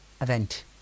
event